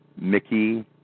Mickey